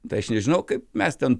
tai aš nežinau kaip mes ten